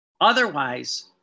Otherwise